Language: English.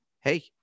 hey